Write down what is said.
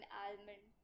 almond